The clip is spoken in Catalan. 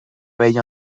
veia